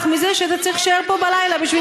מזה שאתה צריך להישאר פה בלילה בשביל